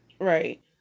Right